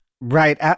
Right